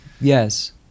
Yes